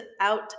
out